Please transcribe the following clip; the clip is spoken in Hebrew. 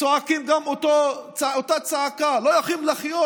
צועקות את אותה צעקה, לא יכולים לחיות